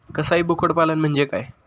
कसाई बोकड पालन म्हणजे काय?